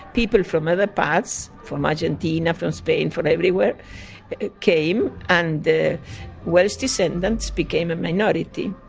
people from other parts from argentina, from spain, from everywhere came, and the welsh descendants became a minority.